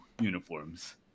uniforms